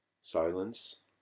silence